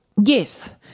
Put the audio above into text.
Yes